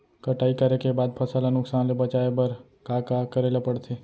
कटाई करे के बाद फसल ल नुकसान ले बचाये बर का का करे ल पड़थे?